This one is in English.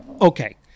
Okay